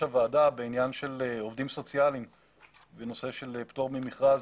הוועדה בעניין של עובדים סוציאליים בנושא של פטור ממכרז,